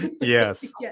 yes